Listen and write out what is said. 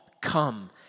come